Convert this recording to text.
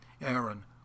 Aaron